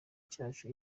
cyacu